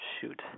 shoot